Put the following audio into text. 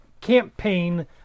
campaign